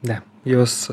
ne jos